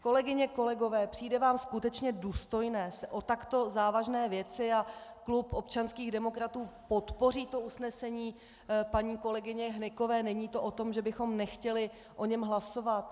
Kolegyně a kolegové, přijde vám skutečně důstojné se o takto závažné věci a klub občanských demokratů podpoří to usnesení paní kolegyně Hnykové, není to o tom, že bychom nechtěli o něm hlasovat.